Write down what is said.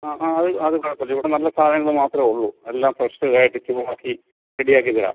ആ ആ അത് അത് കുഴപ്പം ഇല്ല ഇവിടെ നല്ല സാധങ്ങൾ മാത്രമേ ഉള്ളൂ എല്ലാം ഫ്രഷ് ഇതാക്കി ചൂടാക്കി റെഡിയാക്കിത്തരാം